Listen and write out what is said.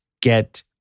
get